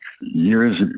years